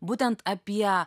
būtent apie